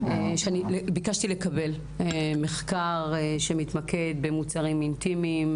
ביקשתי לקבל מחקר שמתמקד במוצרים אינטימיים,